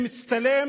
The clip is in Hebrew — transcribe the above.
שמצטלם